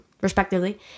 respectively